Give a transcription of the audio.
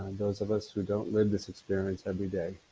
those of us who don't live this experience every day,